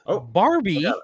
Barbie